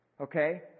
okay